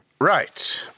Right